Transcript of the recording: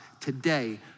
today